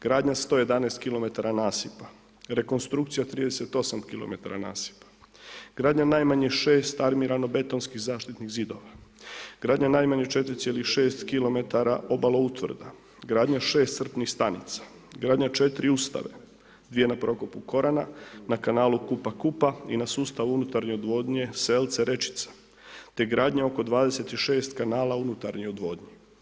Gradnja 111 km nasipa, rekonstrukcija 38 km nasipa, gradnja najmanje 6 armirano-betonskih zaštitnih zidova, gradnja najmanje 4,6 km obalo utvrda, gradnja 6 crpnih stanica, gradnja 4 ustave 2 na prokopu Korana na kanalu Kupa-Kupa i na sustavu unutarnje odvodnje Selce-Rečica te gradnja oko 26 kanala unutarnje odvodnje.